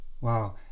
wow